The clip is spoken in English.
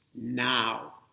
now